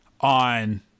on